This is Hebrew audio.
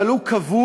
אבל הוא כבול.